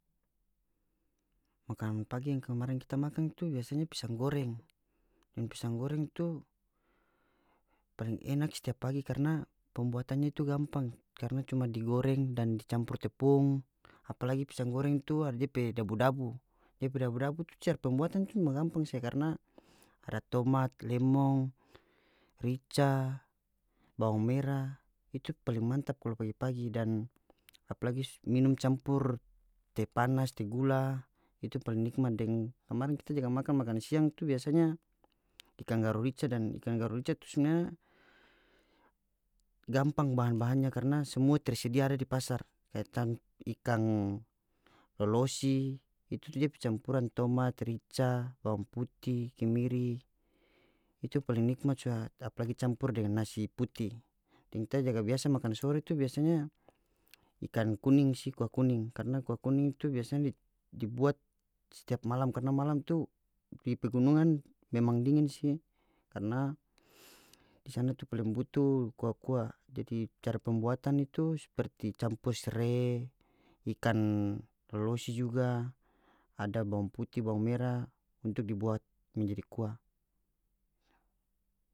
Makanan pagi yang kemarin kita makan tu biasanya pisang goreng dan pisang goreng tu paling enak setiap pagi karna pembuatannya itu gampang karna cuma di goreng dan di campur tepung apalagi pisang goreng itu ada dia pe dabu-dabu depe dabu-dabu tu cara pembuatan tu cuma gampang saja karna ada tomat lemong rica bawang mera itu paling mantap kalu pagi-pagi dan apalagi minum campur te panas te gula itu paling nikmat deng kemarin kita jaga makan makanan siang tu biasanya ikang garu rica dan ikan garu rica tu sebenarnya gampang bahan-bahannya karna semua tersedia ada di pasar kaya ikang lolosi itu tu dia pe campuran tomat rica bawang puti kemiri itu paling nikmat suda apalagi campur dengan nasi putih deng ta jaga biasa makan sore tu biasanya ikan kuning si kua kuning karna kua kuning tu biasanya di di buat setiap karna malam tu pi pegunungan memang dingin si karna di sana tu paling butu kua-kua jadi cara pembuatan itu seperti campur sere ikan lolosi juga ada bawang puti bawang mera untuk dibuat menjadi kua.